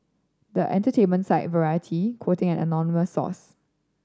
but entertainment site Variety quoting an anonymous source